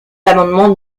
l’amendement